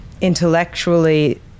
intellectually